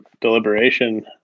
deliberation